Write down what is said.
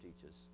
teaches